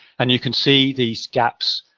and you can see these gaps,